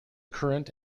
current